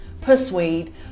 persuade